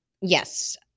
Yes